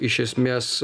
iš esmės